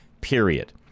period